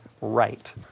right